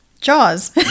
jaws